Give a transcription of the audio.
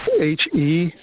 H-E